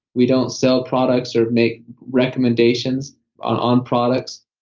we don't sell products, or make recommendations on products,